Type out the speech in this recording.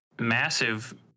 Massive